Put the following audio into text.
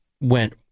went